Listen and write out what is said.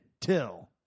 Till